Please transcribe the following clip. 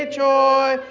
joy